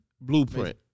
Blueprint